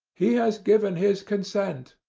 he has given his consent,